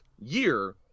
year